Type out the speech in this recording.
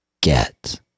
get